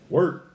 Work